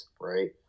right